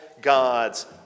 gods